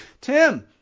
Tim